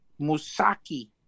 musaki